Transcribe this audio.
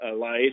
life